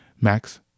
Max